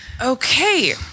Okay